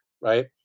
right